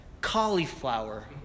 cauliflower